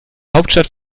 hauptstadt